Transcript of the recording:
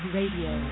Radio